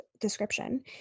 description